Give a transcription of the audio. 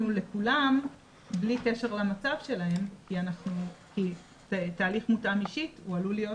לכולם בלי קשר למצב שלהם כי תהליך מותאם אישית עלול להיות